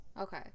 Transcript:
Okay